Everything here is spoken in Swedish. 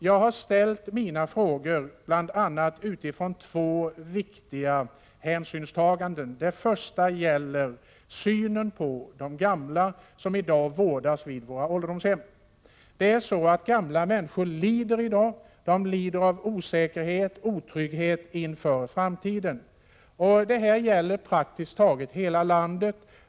Jag har ställt mina frågor bl.a. mot bakgrund av två viktiga hänsynstaganden. Det första gäller synen på de gamla som i dag vårdas på våra ålderdomshem. Gamla människor lider i dag — de lider av osäkerhet och otrygghet inför framtiden. Det gäller praktiskt taget hela landet.